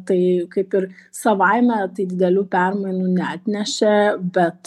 tai kaip ir savaime tai didelių permainų neatnešė bet